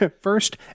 first